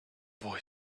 boy